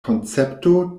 koncepto